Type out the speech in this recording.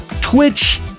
Twitch